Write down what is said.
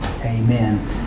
Amen